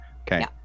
Okay